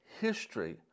history